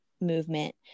movement